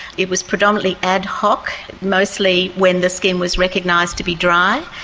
it was predominantly ad hoc, mostly when the skin was recognised to be dry,